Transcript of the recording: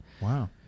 wow